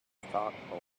thoughtful